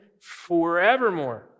forevermore